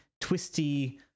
twisty